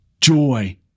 joy